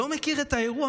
לא מכיר את האירוע.